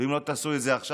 ואם לא תעשו את זה עכשיו,